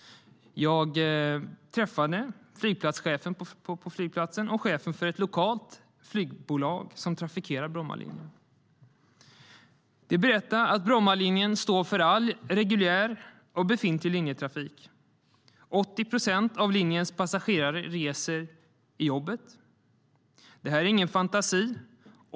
Jag träffade flygplatschefen och chefen för ett lokalt flygbolag som trafikerar Brommalinjen. De berättade att Brommalinjen står för all reguljär och befintlig linjetrafik. 80 procent av linjens passagerare reser i jobbet. Det här är ingen fantasi.